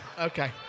Okay